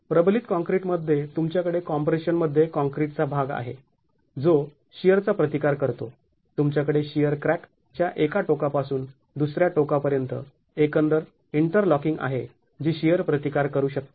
प्रबलित काँक्रीट मध्ये तुमच्याकडे कॉम्प्रेशन मध्ये काँक्रीटचा भाग आहे जो शिअरचा प्रतिकार करतो तुमच्याकडे शिअर क्रॅक च्या एका टोकापासून दुसऱ्या टोकापर्यंत एकंदर इंटरलॉकिंग आहे जी शिअर प्रतिकार करू शकते